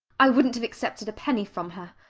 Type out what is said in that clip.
i wouldn't have accepted a penny from her.